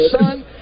son